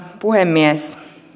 puhemies